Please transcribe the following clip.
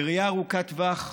בראייה ארוכת טווח,